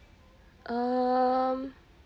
um